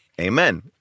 amen